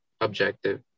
objective